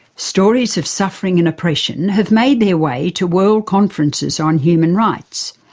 stories of suffering and oppression have made their way to world conferences on human rights.